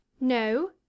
No